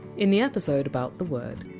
in the episode about the word!